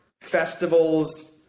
festivals